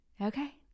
okay